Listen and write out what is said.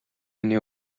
хүний